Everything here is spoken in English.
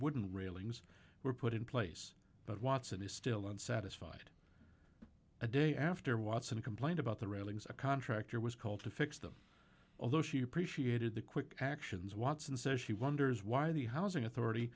wouldn't railings were put in place but watson is still unsatisfied a day after watson complained about the railings a contractor was called to fix them although she appreciated the quick actions watson says she wonders why the housing authority